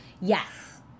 Yes